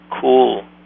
cool